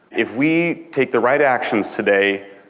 if we take the right actions today,